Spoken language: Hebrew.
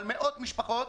על מאות משפחות,